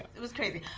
it was crazy.